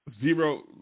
Zero